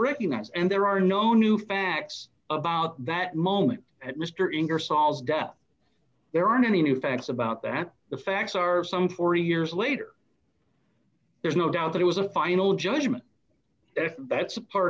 recognize and there are no new facts about that moment at mr ingersoll death there aren't any new facts about that the facts are some forty years later there's no doubt that it was a final judgment that's a part